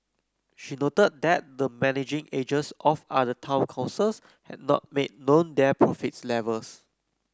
she noted that the managing agents of other town councils had not made known their profit levels